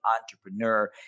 entrepreneur